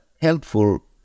helpful